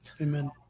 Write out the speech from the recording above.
Amen